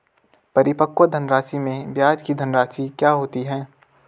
परिपक्व धनराशि में ब्याज की धनराशि क्या होती है?